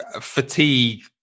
fatigue